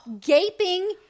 gaping